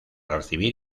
recibir